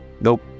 nope